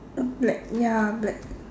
black ya black